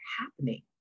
happening